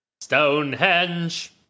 Stonehenge